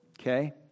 Okay